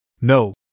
No